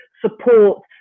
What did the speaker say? support